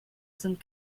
sind